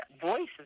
voices